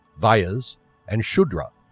vyas and shudra.